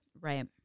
Right